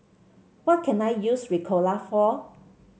what can I use Ricola for